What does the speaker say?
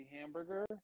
hamburger